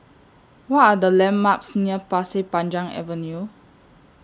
What Are The landmarks near Pasir Panjang Avenue